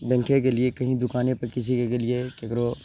बैंके गेलियै कहीं दोकानेपर किसीके गेलियै ककरो